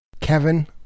Kevin